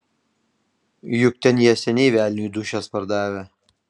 juk ten jie seniai velniui dūšias pardavę